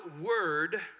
word